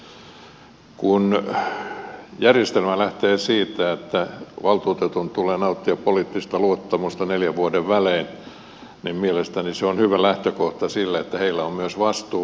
kun järjestelmä lähtee siitä että valtuutetun tulee nauttia poliittista luottamusta neljän vuoden välein niin mielestäni se on hyvä lähtökohta sille että heillä on myös vastuu päätöksistä